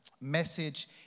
message